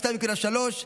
2.3,